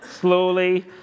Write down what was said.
slowly